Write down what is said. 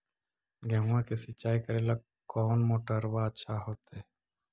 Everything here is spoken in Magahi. गेहुआ के सिंचाई करेला कौन मोटरबा अच्छा होतई?